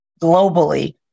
globally